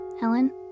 Helen